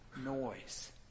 noise